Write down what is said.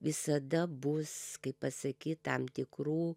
visada bus kaip pasakyt tam tikrų